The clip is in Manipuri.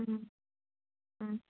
ꯎꯝ ꯎꯝ